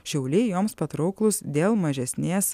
šiauliai joms patrauklūs dėl mažesnės